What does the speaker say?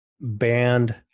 banned